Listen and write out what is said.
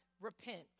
repent